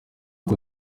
uko